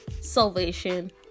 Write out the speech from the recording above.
salvation